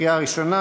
קריאה ראשונה.